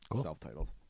self-titled